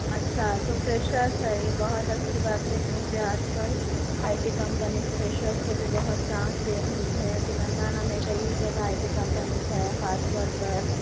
اچھا تو فریشرز ہے یہ بہت اچھی بات ہے کیونکہ آج کل آئی ٹی کمپنی فریشرز کو بھی بہت چانس دے رہی ہے تلنگانہ میں کئی جگہ آئی ٹی کمپنیز ہے خاص طور پر